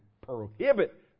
prohibit